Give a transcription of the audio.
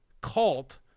cult